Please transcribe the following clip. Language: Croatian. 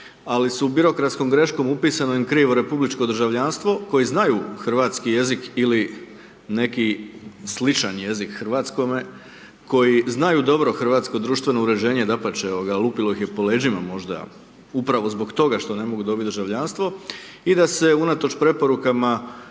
ali su birokratskom adresu upisano krivo republičko državljanstvo, koji znaju hrvatski jezik ili neki sličan jezik hrvatskome, koji znaju dobro hrvatsko društveno uređenje, dapače, lupilo ih je po leđima, možda upravo zbog toga što ne mogu dobiti državljanstvo i da se unatoč preporukama